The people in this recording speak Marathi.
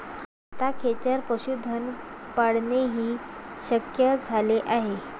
आता खेचर पशुधन पाळणेही शक्य झाले आहे